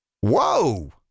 Whoa